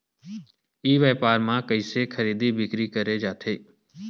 ई व्यापार म कइसे खरीदी बिक्री करे जाथे?